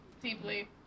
deeply